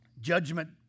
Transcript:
Judgment